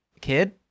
kid